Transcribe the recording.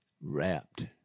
wrapped